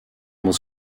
muss